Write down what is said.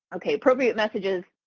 okay appropriate messages.